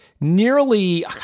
nearly